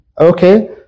Okay